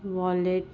wallet